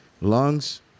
Lungs